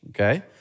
Okay